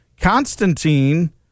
Constantine